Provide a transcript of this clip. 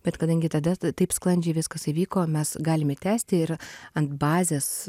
bet kadangi tada taip sklandžiai viskas įvyko mes galime tęsti ir ant bazės